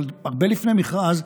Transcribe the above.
אבל הרבה לפני מכרז,